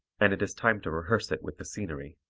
and it is time to rehearse it with the scenery.